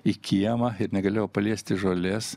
į kiemą ir negalėjau paliesti žolės